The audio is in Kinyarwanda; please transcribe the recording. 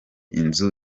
inzu